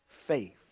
faith